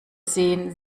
sehen